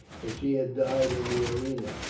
if she had died in the arena.